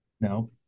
No